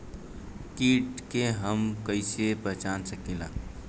कीट के हम कईसे पहचान सकीला